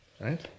Right